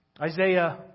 Isaiah